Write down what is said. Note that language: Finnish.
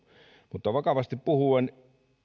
mutta vakavasti puhuen